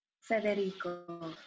Federico